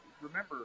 remember